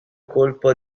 colpo